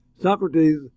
Socrates